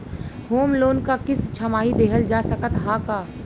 Home loan क किस्त छमाही देहल जा सकत ह का?